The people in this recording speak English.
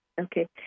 Okay